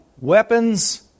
weapons